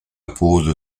pose